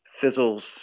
fizzles